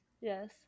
yes